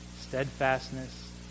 steadfastness